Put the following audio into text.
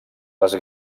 les